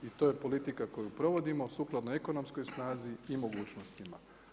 I to je politika koju provodimo sukladno ekonomskoj snazi i mogućnostima.